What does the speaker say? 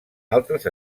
altres